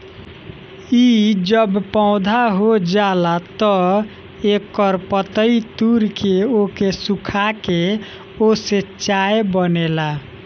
इ जब पौधा हो जाला तअ एकर पतइ तूर के ओके सुखा के ओसे चाय बनेला